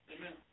Amen